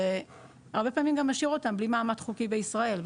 וזה הרבה פעמים גם משאיר אותם בלי מעמד חוקי בישראל,